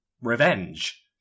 revenge